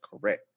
correct